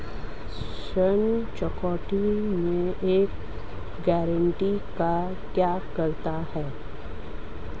ऋण चुकौती में एक गारंटीकर्ता का क्या कार्य है?